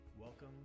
Welcome